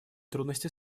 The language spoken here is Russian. трудности